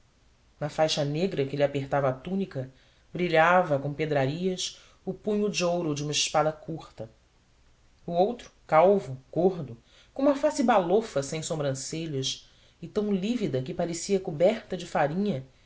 na faixa negra que lhe apertava a túnica brilhava com pedrarias o punho de ouro de uma espada curta o outro calvo gordo com uma face balofa sem sobrancelhas e tão lívida que parecia coberta de farinha